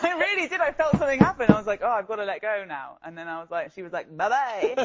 i really did. i felt something happen. i was like, oh, i've got to let go now. and then i was like she was like, bye-bye.